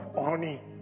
honey